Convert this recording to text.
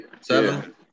Seven